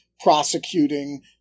prosecuting